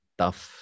tough